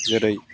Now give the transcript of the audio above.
जेरै